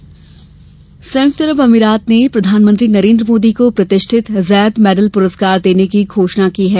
मोदी पुरस्कार संयुक्त अरब अमीरात ने प्रधानमंत्री नरेन्द्र मोदी को प्रतिष्ठित जायेद मैडल पुरस्कार देने की घोषणा की है